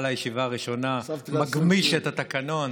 על הישיבה הראשונה מגמיש את התקנון,